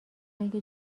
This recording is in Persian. اگه